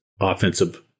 offensive